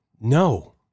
No